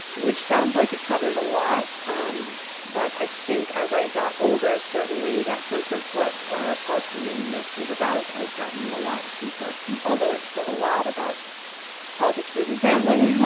which sounds like it covers a lot, um but but i think as i got older certainly that sense of what palestinianness is about has gotten a lot deeper, although it's still a lot about politics, food and family,